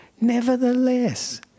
Nevertheless